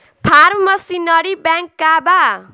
Form machinery bank का बा?